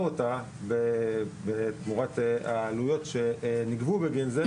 אותה תמורת העלויות שנגבו בגין זה,